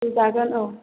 फैजागोन औ